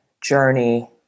journey